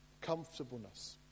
Comfortableness